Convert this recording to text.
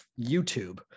YouTube